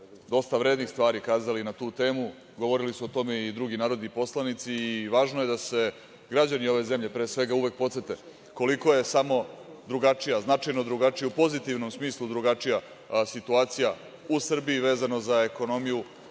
dosta vrednih stvari kazali na tu temu. Govorili su o tome i drugi narodni poslanici. Važno je da se građani ove zemlje pre svega uvek podsete koliko je samo drugačija, značajno drugačija, u pozitivnom smislu, drugačija situacija u Srbiji, vezano za ekonomiju